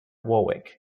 warwick